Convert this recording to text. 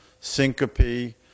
syncope